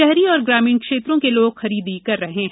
शहरी और ग्रामीण क्षेत्रो के लोग खरीदी कर रहे हैं